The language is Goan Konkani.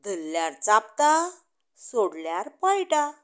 धरल्यार चाबता सोडल्यार पळटा